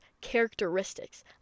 characteristics